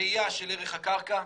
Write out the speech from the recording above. ראייה של ערך הקרקע,